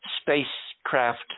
spacecraft